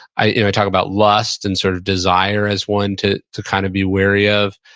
i talk about lust and sort of desire as one to to kind of be wary of.